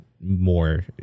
more